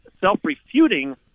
self-refuting